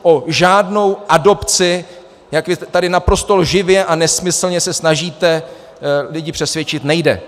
O žádnou adopci, jak vy tady naprosto lživě a nesmyslně se snažíte lidi přesvědčit, nejde.